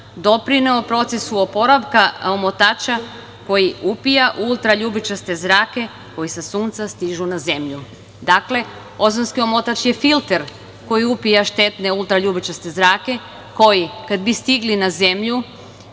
doprineo procesu oporavka omotača koji upija ultraljubičaste zrake koja sa sunca stižu na zemlju. Dakle, ozonski omotač je filter koji upija štetne ultraljubičaste zrake, koji kada bi stigli na zemlju